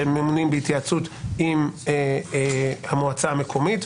שהם ממונים בהתייעצות עם המועצה המקומית,